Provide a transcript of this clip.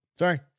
Sorry